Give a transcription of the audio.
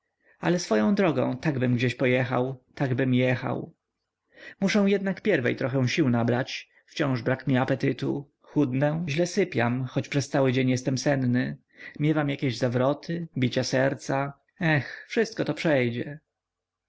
ale swoją drogą takbym gdzieś pojechał takbym jechał muszę jednak pierwiej trochę sił nabrać wciąż brak mi apetytu chudnę źle sypiam choć przez cały dzień jestem senny miewam jakieś zawroty bicia serca eh wszystko to przejdzie